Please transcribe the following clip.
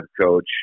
coach